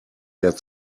wer